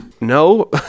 no